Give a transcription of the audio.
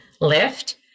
lift